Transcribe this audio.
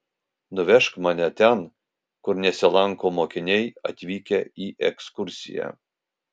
nuvežk mane ten kur nesilanko mokiniai atvykę į ekskursiją